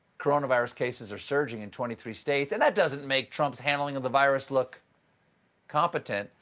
coronavirus cases are surging in twenty three states, and that doesn't make trump's handling of the virus look competent,